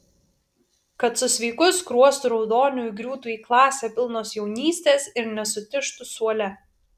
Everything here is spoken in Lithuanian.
kad su sveiku skruostų raudoniu įgriūtų į klasę pilnos jaunystės ir nesutižtų suole